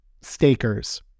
stakers